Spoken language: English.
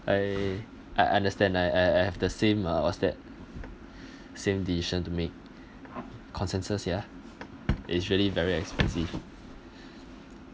I I understand I I I have the same uh what's that same decision to make consensus ya it's really very expensive